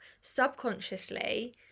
subconsciously